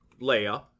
Leia